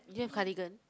do you have cardigan